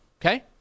Okay